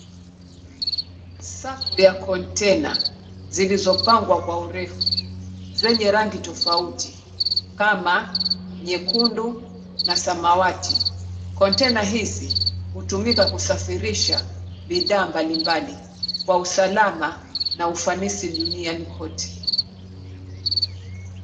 Safu ya konteina zilizopangwa kwa urefu, zenye rangi tofauti kama nyekundu na samawati. Konteina hizi hutumika kusafirisha bidhaa mbali mbali kwa usalama na ufanisi duniani kote.